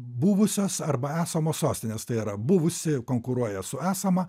buvusios arba esamos sostinės tai yra buvusi konkuruoja su esama